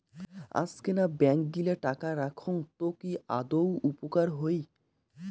আজকেনা ব্যাঙ্ক গিলা টাকা রাখঙ তো কি আদৌ উপকার হই?